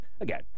again